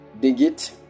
digit